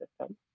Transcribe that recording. system